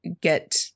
get